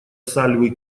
сальвы